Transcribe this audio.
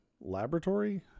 laboratory